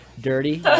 dirty